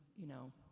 you know,